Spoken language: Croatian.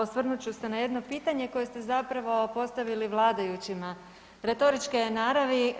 Osvrnut ću se na jedno pitanje koje ste zapravo postavili vladajućima, retoričke je naravi.